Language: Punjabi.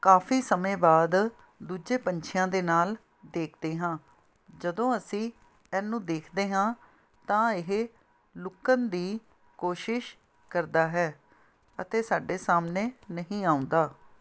ਕਾਫੀ ਸਮੇਂ ਬਾਅਦ ਦੂਜੇ ਪੰਛੀਆਂ ਦੇ ਨਾਲ ਦੇਖਦੇ ਹਾਂ ਜਦੋਂ ਅਸੀਂ ਇਹਨੂੰ ਦੇਖਦੇ ਹਾਂ ਤਾਂ ਇਹ ਲੁਕਣ ਦੀ ਕੋਸ਼ਿਸ਼ ਕਰਦਾ ਹੈ ਅਤੇ ਸਾਡੇ ਸਾਹਮਣੇ ਨਹੀਂ ਆਉਂਦਾ